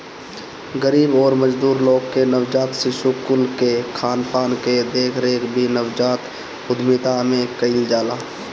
गरीब अउरी मजदूर लोग के नवजात शिशु कुल कअ खानपान कअ देखरेख भी नवजात उद्यमिता में कईल जाला